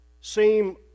seem